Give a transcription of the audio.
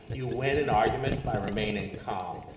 you win an argument by remaining calm.